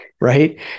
Right